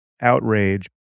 outrage